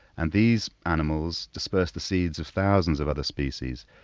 and these animals disperse the seeds of thousands of other species.